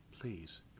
Please